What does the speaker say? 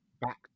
back